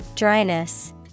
dryness